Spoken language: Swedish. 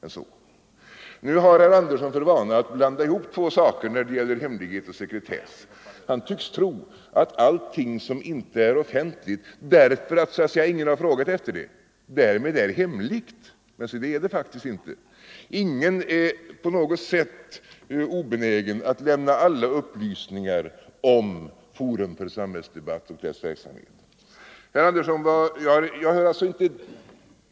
Nu har herr Sten Andersson för vana att blanda ihop saker när det gäller hemlighet och sekretess. Han tycks tro att allt som inte är offentligt —- därför att ingen har frågat efter det — därmed är hemligt. Men det är det faktiskt inte. Ingen är på något sätt obenägen att lämna alla upplysningar om Forum för samhällsdebatt och dess verksamhet.